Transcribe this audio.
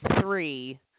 three